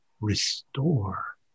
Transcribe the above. restore